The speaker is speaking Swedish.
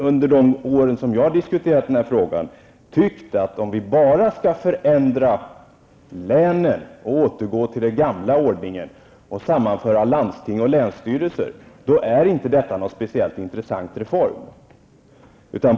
Under de år då jag har diskuterat den här frågan har jag tyckt att om vi bara skall förändra länen, återgå till den gamla ordningen och sammanföra landsting och länsstyrelser, så är inte detta någon speciellt intressant reform.